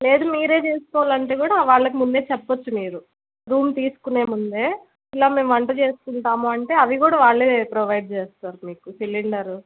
లేదు మీరు చేసుకోవాలి అంటే కూడా వాళ్ళకు ముందే చెప్పవచ్చు మీరు రూమ్ తీసుకునే ముందే ఇలా మేము వంట చేసుకుంటాము అంటే అవి కూడా వాళ్ళే ప్రొవైడ్ చేస్తారు మీకు సిలిండరు